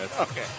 Okay